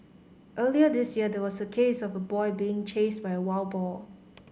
earlier this year there was a case of a boy being chased by a wild boar